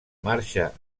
marxa